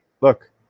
Look